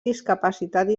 discapacitat